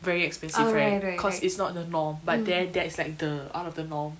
very expensive right cause it's not the norm but then that is like the out of the norm